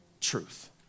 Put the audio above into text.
Truth